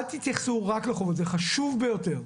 זה חשוב ביותר.